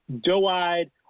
doe-eyed